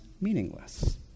meaningless